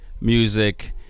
music